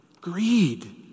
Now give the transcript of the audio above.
Greed